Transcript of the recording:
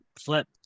Flip